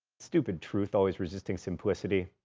stupid truth always resisting simplicity.